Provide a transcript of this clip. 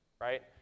right